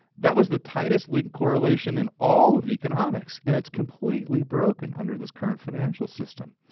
that was the tightest-linked correlation in all of economics and it's completely broken under this current financial system.